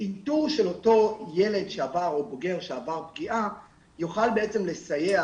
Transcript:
איתור של אותו ילד או בוגר שעבר פגיעה יוכל לסייע